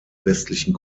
westlichen